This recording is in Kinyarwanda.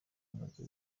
bamaze